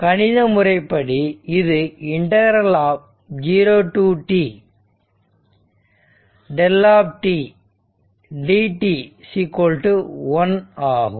கணித முறைப்படி இது 0 to 0 ∫δ dt 1 ஆகும்